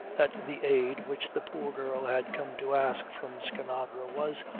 that the aid which the poor girl had come to ask from skinadre was,